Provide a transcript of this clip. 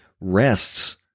rests